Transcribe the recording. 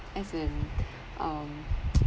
as in um